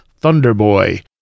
Thunderboy